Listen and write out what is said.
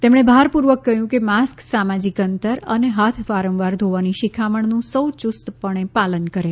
તેમણે ભારપૂર્વક કહ્યું કે માસ્ક સા માજિક અંતર અને હાથ વારંવાર ધોવાની શિખામણનું સૌ યુસ્ત પાલન કરે